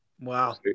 Wow